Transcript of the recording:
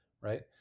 right